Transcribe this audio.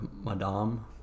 Madame